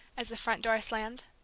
as the front door slammed.